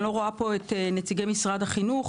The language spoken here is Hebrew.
אני לא רואה פה את נציגי משרד החינוך.